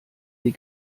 die